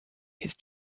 his